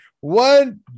one